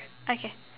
okay